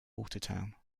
watertown